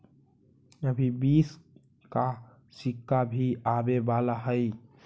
अभी बीस का सिक्का भी आवे वाला हई